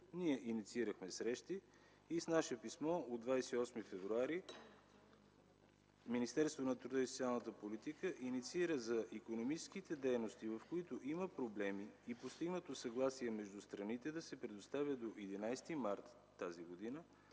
ние инициирахме срещи. С наше писмо от 28 февруари Министерството на труда и социалната политика инициира за икономическите дейности, в които има проблеми и постигнато съгласие между страните, да се предоставят до 11 март т.г. нови